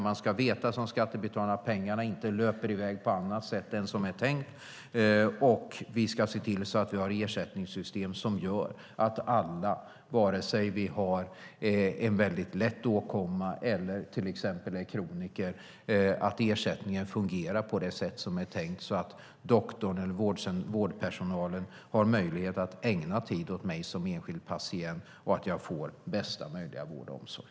Som skattebetalare ska man veta att pengarna inte löper i väg på något annat sätt än det är tänkt, och vi ska se till att vi har ersättningssystem som gör att ersättningen, vare sig jag har en väldigt lätt åkomma eller till exempel är kroniker, fungerar på det sätt som är tänkt så att doktorn eller vårdpersonalen har möjlighet att ägna tid åt mig som enskild patient och att jag får bästa möjliga vård och omsorg.